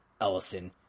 Ellison